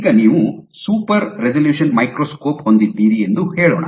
ಈಗ ನೀವು super resolution microscope ಹೊಂದಿದ್ದೀರಿ ಎಂದು ಹೇಳೋಣ